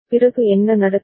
பிறகு என்ன நடக்கும்